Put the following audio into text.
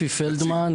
אפי פלדמן,